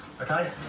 okay